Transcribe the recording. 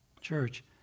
Church